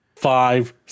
five